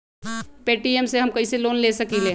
Paytm से हम कईसे लोन ले सकीले?